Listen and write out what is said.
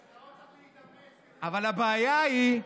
אלכס, אתה לא צריך להתאמץ, אבל הבעיה היא,